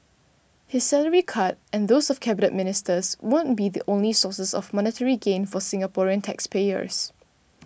his salary cut and those of Cabinet Ministers won't be the only sources of monetary gain for Singaporean taxpayers